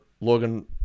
Logan